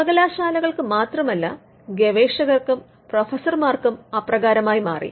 സർവകലാശാലകൾക്ക് മാത്രമല്ല ഗവേഷകർക്കും പ്രൊഫസർമാർക്കും അപ്രകാരമായി മാറി